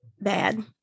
bad